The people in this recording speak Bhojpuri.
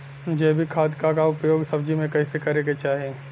जैविक खाद क उपयोग सब्जी में कैसे करे के चाही?